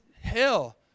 hell